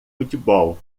futebol